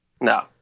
No